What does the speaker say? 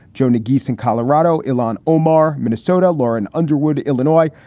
jonah giessen, colorado. ilhan omar, minnesota. lauren underwood, illinois.